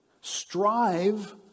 strive